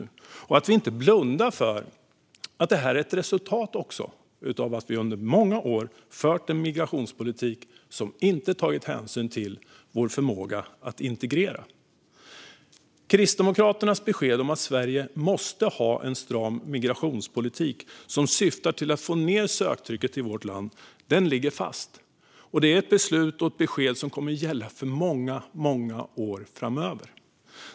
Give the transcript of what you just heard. Jag hoppas också att vi inte blundar för att det här är ett resultat av att vi under många år har fört en migrationspolitik som inte har tagit hänsyn till vår förmåga att integrera. Kristdemokraternas besked om att Sverige måste ha en stram migrationspolitik som syftar till att få ned söktrycket till vårt land ligger fast, och det är ett beslut och ett besked som kommer att gälla under många år framöver.